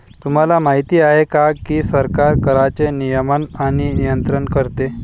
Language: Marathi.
तुम्हाला माहिती आहे का की सरकार कराचे नियमन आणि नियंत्रण करते